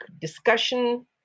discussion